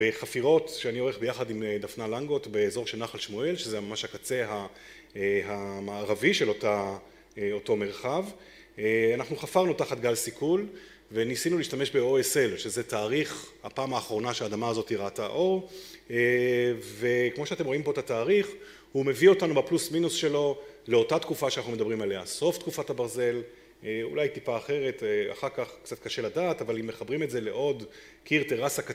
בחפירות שאני עורך ביחד עם דפנה לנגוט באזור של נחל שמואל, שזה ממש הקצה המערבי של אותו מרחב. אנחנו חפרנו תחת גל סיכול וניסינו להשתמש ב-OSL, שזה תאריך הפעם האחרונה שהאדמה הזאת ראתה אור. וכמו שאתם רואים פה את התאריך, הוא מביא אותנו בפלוס-מינוס שלו, לאותה תקופה שאנחנו מדברים עליה, סוף תקופת הברזל, אולי טיפה אחרת, אחר כך קצת קשה לדעת, אבל אם מחברים את זה לעוד קיר טרסה